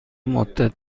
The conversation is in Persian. مدت